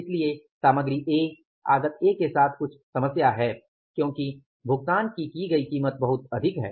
इसलिए सामग्री ए आगत ए के साथ कुछ समस्या है क्योंकि भुगतान की गई कीमत भी बहुत अधिक है